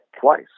twice